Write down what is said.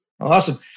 Awesome